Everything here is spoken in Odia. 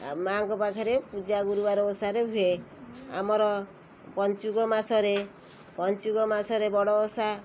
ମାଁଙ୍କ ପାଖରେ ପୂଜା ଗୁରୁବାର ଓଷାରେ ହୁଏ ଆମର ପଞ୍ଚୁକ ମାସରେ ପଞ୍ଚୁକ ମାସରେ ବଡ଼ଓଷା